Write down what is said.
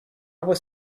was